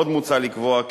עוד מוצע לקבוע,